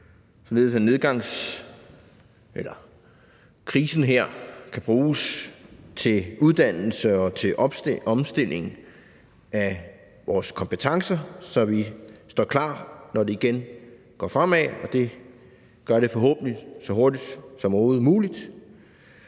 således at krisen her kan bruges til uddannelse og til omstilling af kompetencer, så vi står klar, når det igen går fremad, og det gør det forhåbentlig så hurtigt som overhovedet muligt.